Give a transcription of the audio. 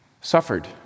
suffered